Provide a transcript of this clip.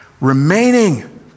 remaining